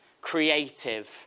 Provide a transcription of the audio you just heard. creative